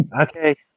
Okay